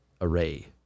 array